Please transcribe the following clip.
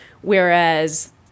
Whereas